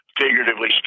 figuratively